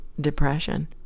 depression